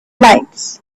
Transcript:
lights